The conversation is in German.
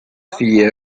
vier